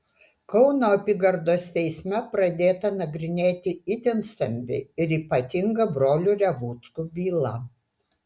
kauno apygardos teisme pradėta nagrinėti itin stambi ir ypatinga brolių revuckų byla